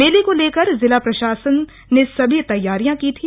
मेले को लेकर जिला प्रशासन ने सभी तैयारी की थी